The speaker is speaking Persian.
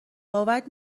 باورت